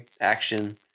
action